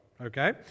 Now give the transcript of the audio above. okay